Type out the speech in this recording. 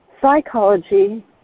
psychology